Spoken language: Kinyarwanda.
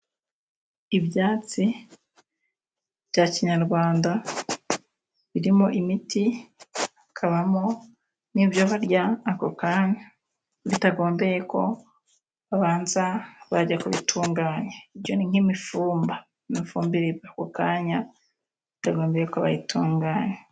Ibyatsi bya kinyarwanda birimo imiti， bikabamo n'ibyo barya ako kanya， bitagombeye ko babanza bajya kubitunganya， ibyo ni nk'imifumba，imifumba iribwa ako kanya bitagombereye ko bayitunganya.